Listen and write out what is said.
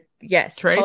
Yes